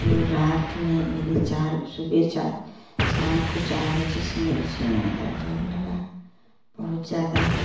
तो रात में मेरे चार सुबह चार शाम को चार बजे से मेरे सीने में दर्द होने लगा बहुत ज़्यादा